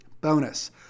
bonus